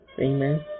Amen